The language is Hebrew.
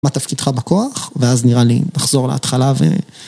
מתפקידך בכוח, ואז נראה לי נחזור להתחלה ו...